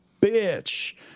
bitch